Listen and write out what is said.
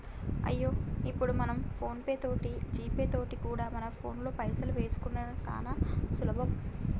అయ్యో ఇప్పుడు మనం ఫోన్ పే తోటి జీపే తోటి కూడా మన ఫోన్లో పైసలు వేసుకునిడు సానా సులభం